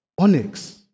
onyx